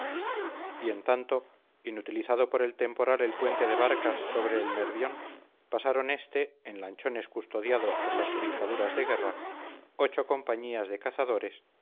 y en tanto inutilizado por el temporal el puente de barcas sobre el nervión pasaron este en lanchones custodiados por las trincaduras de guerra ocho compañías de cazadores